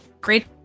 great